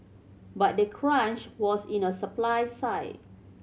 but the crunch was in a supply side